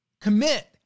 commit